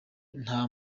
nta